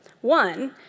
One